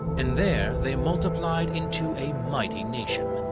and there they multiplied into a mighty nation.